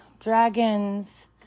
dragons